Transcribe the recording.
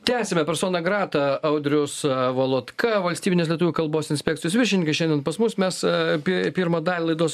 tęsiame persona grata audrius valotka valstybinės lietuvių kalbos inspekcijos viršininkas šiandien pas mus mes apie pirmą dalį laidos